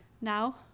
now